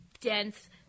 dense